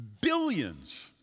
billions